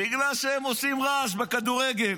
בגלל שהם עושים רעש בכדורגל.